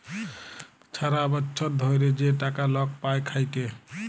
ছারা বচ্ছর ধ্যইরে যে টাকা লক পায় খ্যাইটে